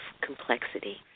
complexity